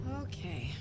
Okay